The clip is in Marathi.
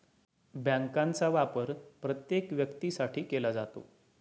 बँकांचा वापर प्रत्येक व्यक्तीसाठी केला जातो